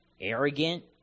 arrogant